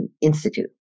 institute